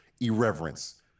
irreverence